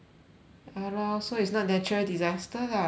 ya lor so it's not natural disaster lah as in